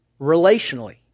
relationally